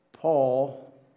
Paul